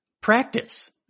Practice